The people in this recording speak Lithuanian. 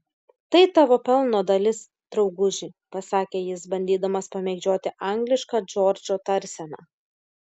tai tavo pelno dalis drauguži pasakė jis bandydamas pamėgdžioti anglišką džordžo tarseną